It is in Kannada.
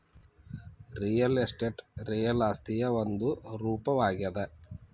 ರಿಯಲ್ ಎಸ್ಟೇಟ್ ರಿಯಲ್ ಆಸ್ತಿಯ ಒಂದು ರೂಪವಾಗ್ಯಾದ